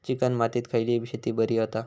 Chicken मातीत खयली शेती बरी होता?